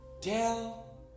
Tell